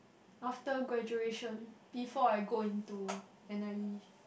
after graduation before I go into N_I_E